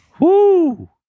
Woo